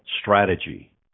strategy